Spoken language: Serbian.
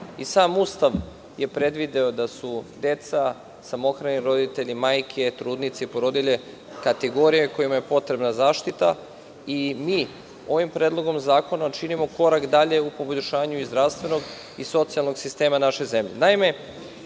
Sam Ustav je predvideo da su deca, samohrani roditelji, majke, trudnice i porodilje kategorija kojima je potrebna zaštita i mi ovim predlogom zakona činimo korak dalje u poboljšanju zdravstvenog i socijalnog sistema naše zemlje. Naime,